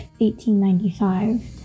1895